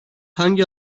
hangi